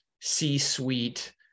C-suite